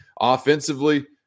offensively